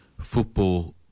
football